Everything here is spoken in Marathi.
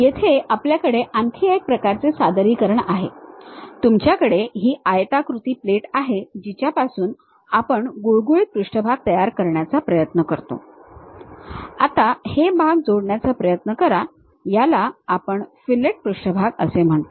येथे आपल्याकडे आणखी एका प्रकारचे सादरीकरण आहे तुमच्याकडे ही आयताकृती प्लेट आहे जिच्यापासून आपण गुळगुळीत पृष्ठभाग तयार करण्याचा प्रयत्न करतो आता हे भाग जोडण्याचा प्रयत्न करा याला आपण फिलेट पृष्ठभाग असे म्हणतो